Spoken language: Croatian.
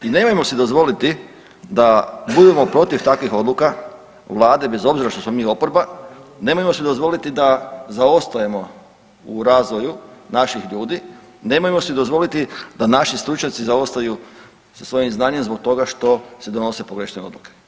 I nemojmo si dozvoliti da budemo protiv takvih odluka Vlade bez obzira što smo mi oporba, nemojmo si dozvoliti da zaostajemo u razvoju naših ljudi, nemojmo si dozvoliti da naši stručnjaci zaostaju sa svojim znanjem zbog toga što se donose pogrešne odluke.